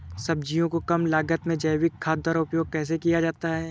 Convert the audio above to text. सब्जियों को कम लागत में जैविक खाद द्वारा उपयोग कैसे किया जाता है?